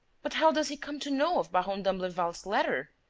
but how does he come to know of baron d'imblevalle's letter?